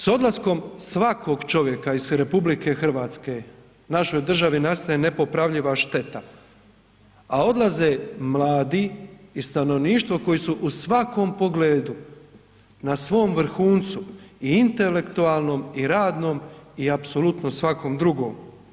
S odlaskom svakog čovjeka iz RH našoj državi nastaje nepopravljiva šteta, a odlaze mladi i stanovništvo koji su u svakom pogledu na svom vrhuncu i intelektualnom i radnom i apsolutno svakom drugom.